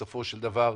בסופו של דבר,